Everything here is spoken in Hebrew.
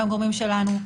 גם גורמים שלנו.